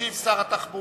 ישיב שר התחבורה,